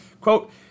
quote